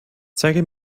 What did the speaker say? zeige